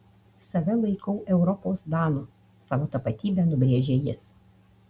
save laikau europos danu savo tapatybę nubrėžė jis